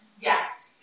yes